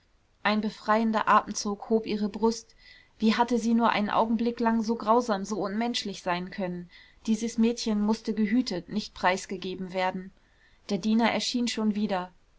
ein befreiender atemzug hob ihre brust wie hatte sie nur einen augenblick lang so grausam so unmenschlich sein können dieses mädchen mußte gehütet nicht preisgegeben werden der diener erschien schon wieder